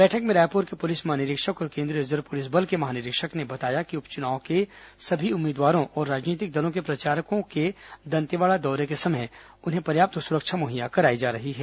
बैठक में रायपुर के पुलिस महानिरीक्षक और केंद्रीय रिजर्व पुलिस बल के महानिरीक्षक ने बताया कि उप चुनाव के सभी उम्मीदवारों और राजनीतिक दलों के प्रचारकों के दंतेवाड़ा दौरे के समय पर्याप्त सुरक्षा मुहैया कराई जा रही है